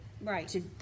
Right